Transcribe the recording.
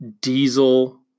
diesel